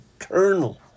eternal